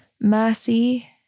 mercy